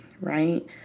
right